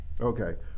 Okay